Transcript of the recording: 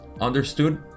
understood